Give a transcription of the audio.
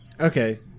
Okay